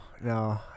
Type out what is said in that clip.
no